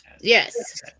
Yes